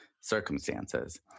circumstances